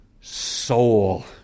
soul